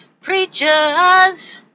preachers